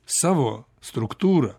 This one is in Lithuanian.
savo struktūrą